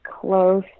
close